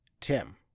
Tim